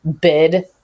bid